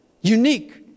Unique